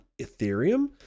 Ethereum